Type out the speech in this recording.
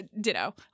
ditto